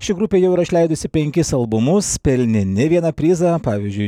ši grupė jau yra išleidusi penkis albumus pelnė ne vieną prizą pavyzdžiui